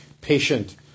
patient